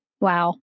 Wow